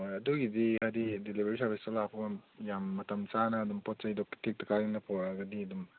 ꯍꯣꯏ ꯑꯗꯨꯒꯤꯗꯤ ꯍꯥꯏꯕꯗꯤ ꯗꯤꯂꯤꯕꯔꯤ ꯁꯥꯔꯕꯤꯁꯇꯣ ꯂꯥꯛꯄ ꯌꯥꯝ ꯃꯇꯝ ꯆꯥꯅ ꯑꯗꯨꯝ ꯄꯣꯠ ꯆꯩꯗꯣ ꯇꯦꯛꯇ ꯀꯥꯏꯗꯅ ꯄꯨꯔꯛꯑꯒꯗꯤ ꯑꯗꯨꯝ